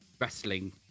wrestling